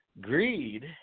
Greed